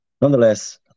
Nonetheless